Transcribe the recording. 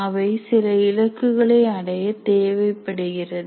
அவை சில இலக்குகளை அடைய தேவைப்படுகிறது